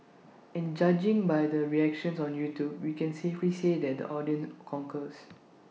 and judging by the reactions on YouTube we can safely say that the audience concurs